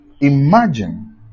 Imagine